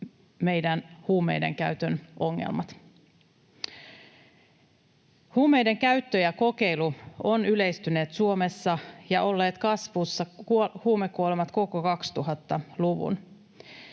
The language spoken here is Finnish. meidän huumeidenkäytön ongelmat. Huumeiden käyttö ja kokeilu ovat yleistyneet Suomessa, ja huumekuolemat ovat olleet kasvussa koko 2000-luvun.